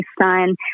son